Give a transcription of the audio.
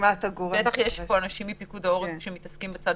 בטח יש פה אנשים מפיקוד העורף שמתעסקים בצד